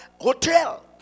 hotel